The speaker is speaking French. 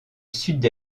sud